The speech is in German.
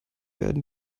werden